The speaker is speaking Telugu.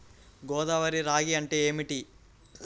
గోదావరి రాగి అంటే ఏమిటి?